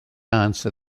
answer